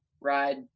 ride